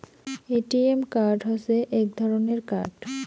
ATM card হসে এক ধরণের কার্ড